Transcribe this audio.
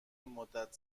مدت